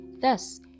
thus